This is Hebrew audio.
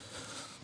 (1)